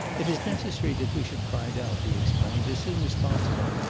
it is necessary that we should find out, he explained, as soon as possible,